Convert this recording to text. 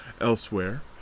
elsewhere